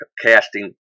casting